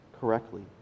correctly